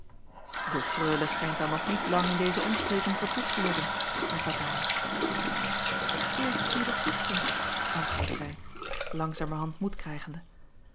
de freule schijnt dan nog niet lang in deze omstreken vertoefd te hebben hervatte hij eerst sedert gisteren antwoordde zij langzamerhand moed krijgende